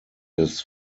des